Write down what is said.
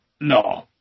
No